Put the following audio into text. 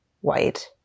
white